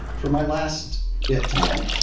for my last bit tonight,